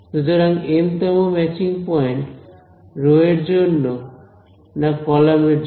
সুতরাং এম তম matching point row এর জন্য না কলাম এর জন্য